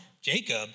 Jacob